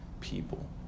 people